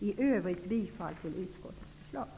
I övrigt yrkar jag bifall till utskottets förslag.